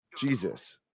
Jesus